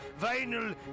vinyl